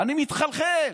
אני מתחלחל.